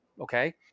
Okay